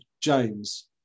James